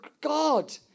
God